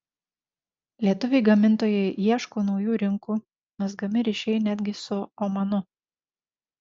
lietuviai gamintojai ieško naujų rinkų mezgami ryšiai netgi su omanu